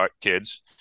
kids